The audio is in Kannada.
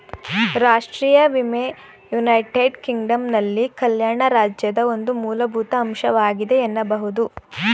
ರಾಷ್ಟ್ರೀಯ ವಿಮೆ ಯುನೈಟೆಡ್ ಕಿಂಗ್ಡಮ್ನಲ್ಲಿ ಕಲ್ಯಾಣ ರಾಜ್ಯದ ಒಂದು ಮೂಲಭೂತ ಅಂಶವಾಗಿದೆ ಎನ್ನಬಹುದು